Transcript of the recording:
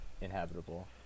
inhabitable